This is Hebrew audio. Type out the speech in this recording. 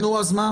אז מה?